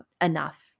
enough